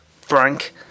Frank